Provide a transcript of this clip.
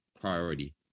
priority